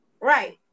Right